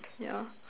yeah